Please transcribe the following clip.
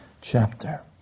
chapter